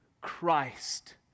Christ